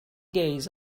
days